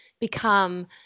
become